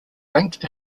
ranked